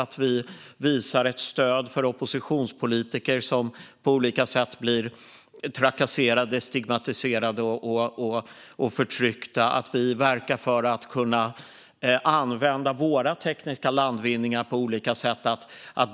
Det är viktigt att vi visar ett stöd för oppositionspolitiker som på olika sätt blir trakasserade, stigmatiserade och förtryckta. Det är viktigt att vi verkar för att man ska kunna använda våra tekniska landvinningar på olika sätt.